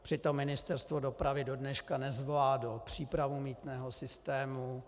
Přitom Ministerstvo dopravy dodneška nezvládlo přípravu mýtného systému.